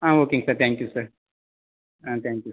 ஆமாம் ஓகேங்க sir thank you sir thank you